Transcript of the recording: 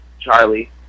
Charlie